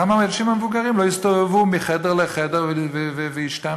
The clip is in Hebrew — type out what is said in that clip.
והאנשים המבוגרים לא יסתובבו מחדר לחדר וישתעממו.